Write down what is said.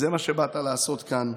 זה מה שבאת לעשות כאן,